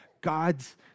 God's